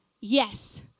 Yes